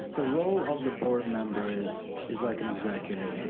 the role of the board member is is like an executive,